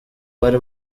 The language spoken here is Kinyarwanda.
bari